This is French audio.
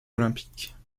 olympiques